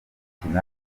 gikombe